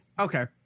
Okay